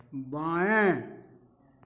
बाएं